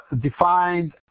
defined